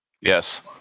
Yes